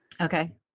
Okay